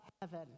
heaven